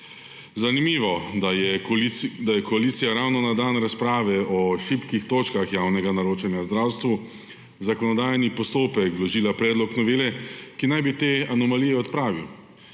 sredstev. Zanimivo, da je koalicija ravno na dan razprave o šibkih točkah javnega naročanja v zdravstvu v zakonodajni postopek vložila predlog novele, ki naj bi te anomalije odpravil.